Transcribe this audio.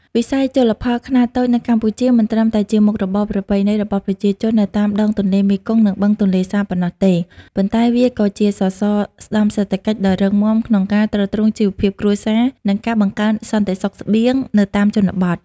វិស័យជលផលខ្នាតតូចនៅកម្ពុជាមិនត្រឹមតែជាមុខរបរប្រពៃណីរបស់ប្រជាជននៅតាមដងទន្លេមេគង្គ និងបឹងទន្លេសាបប៉ុណ្ណោះទេ ប៉ុន្តែវាក៏ជាសសរស្តម្ភសេដ្ឋកិច្ចដ៏រឹងមាំក្នុងការទ្រទ្រង់ជីវភាពគ្រួសារ និងការបង្កើនសន្តិសុខស្បៀងនៅតាមជនបទ។